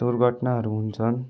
दुर्घटनाहरू हुन्छन्